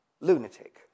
lunatic